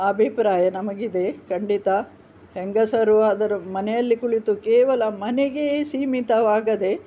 ಅಭಿಪ್ರಾಯ ನಮಗಿದೆ ಖಂಡಿತ ಹೆಂಗಸರು ಅದರ ಮನೆಯಲ್ಲಿ ಕುಳಿತು ಕೇವಲ ಮನೆಗೇ ಸೀಮಿತವಾಗದೆ